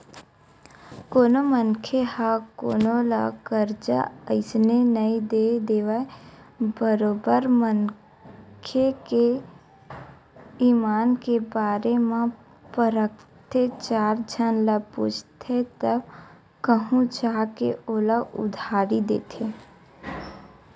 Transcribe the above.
कोनो मनखे ह कोनो ल करजा अइसने नइ दे देवय बरोबर मनखे के ईमान के बारे म परखथे चार झन ल पूछथे तब कहूँ जा के ओला उधारी देथे